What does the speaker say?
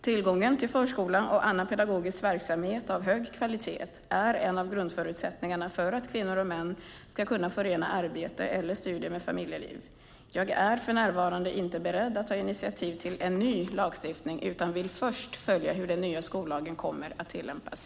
Tillgången till förskola och annan pedagogisk verksamhet av hög kvalitet är en av grundförutsättningarna för att kvinnor och män ska kunna förena arbete eller studier med familjeliv. Jag är för närvarande inte beredd att ta initiativ till en ny lagstiftning utan vill först följa hur den nya skollagen kommer att tillämpas.